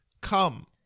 come